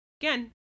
again